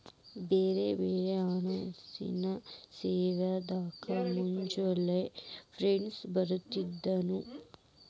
ಬ್ಯಾರೆ ಬ್ಯಾರೆ ಹಣ್ಕಾಸಿನ್ ಸೇವಾದಾಗ ಮ್ಯುಚುವಲ್ ಫಂಡ್ಸ್ ಬರ್ತದೇನು?